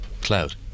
cloud